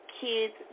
kids